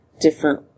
different